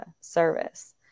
service